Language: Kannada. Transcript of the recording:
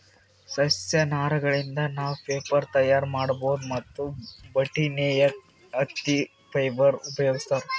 ಸಸ್ಯ ನಾರಗಳಿಂದ್ ನಾವ್ ಪೇಪರ್ ತಯಾರ್ ಮಾಡ್ಬಹುದ್ ಮತ್ತ್ ಬಟ್ಟಿ ನೇಯಕ್ ಹತ್ತಿ ಫೈಬರ್ ಉಪಯೋಗಿಸ್ತಾರ್